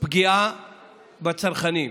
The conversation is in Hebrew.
פגיעה בצרכנים.